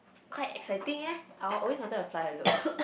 quite exciting eh I always wanted to fly alone